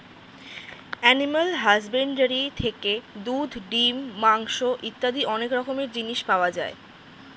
animal husbandry থেকে দুধ, ডিম, মাংস ইত্যাদি অনেক রকমের জিনিস পাওয়া যায়